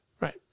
right